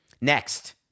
Next